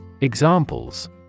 Examples